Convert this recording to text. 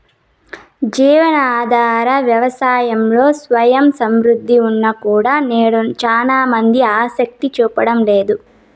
జీవనాధార వ్యవసాయంలో స్వయం సమృద్ధి ఉన్నా కూడా నేడు చానా మంది ఆసక్తి చూపడం లేదు